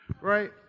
right